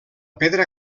pedra